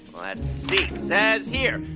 let's see. says here,